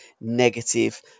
negative